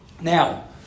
Now